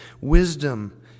wisdom